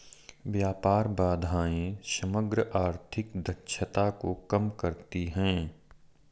व्यापार बाधाएं समग्र आर्थिक दक्षता को कम करती हैं